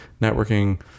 networking